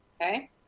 Okay